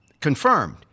confirmed